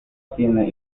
tiene